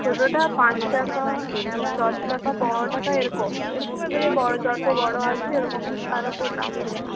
ছোটোটা পাঁচ টাকা দশ টাকা পনেরো টাকা এরকম এরকম এবারে বড়ো যত বড়ো আসবে এরকম তার ওপর দাম আছে